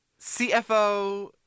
CFO